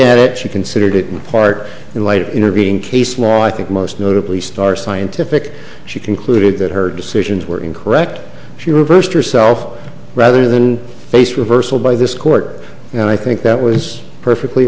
at it she considered it in part in light of intervening case law i think most notably starr scientific she concluded that her decisions were incorrect she reversed herself rather than face reversal by this court and i think that was perfectly